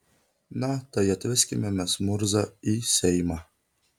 na tai atveskime mes murzą į seimą